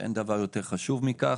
ואין דבר יותר חשוב מכך.